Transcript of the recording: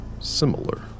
similar